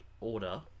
order